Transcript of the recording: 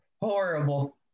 horrible